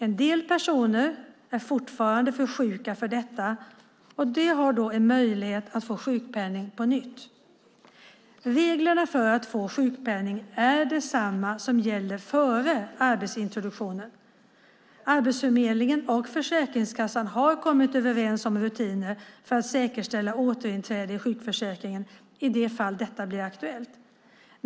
En del personer är fortfarande för sjuka för detta och de har då möjlighet att få sjukpenning på nytt. Reglerna för att få sjukpenning är desamma som gällde före arbetslivsintroduktionen. Arbetsförmedlingen och Försäkringskassan har kommit överens om rutiner för att säkerställa återinträde i sjukförsäkringen i de fall detta blir aktuellt.